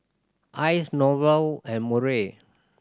Icie Norval and Murray